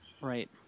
Right